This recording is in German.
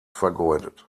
vergeudet